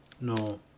no